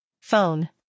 Phone